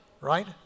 right